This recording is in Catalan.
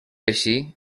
així